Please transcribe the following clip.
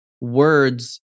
words